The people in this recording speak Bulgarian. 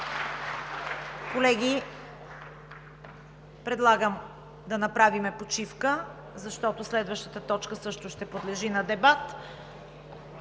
Колеги, предлагам да направим почивка, защото следващата точка също ще подлежи на дебат.